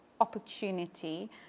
opportunity